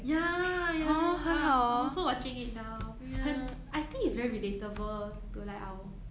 ya ya ya I also watching it now 很 I think it's very relatable to like our